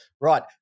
Right